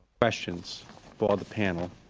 questions for the panel